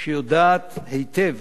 שיודעת היטב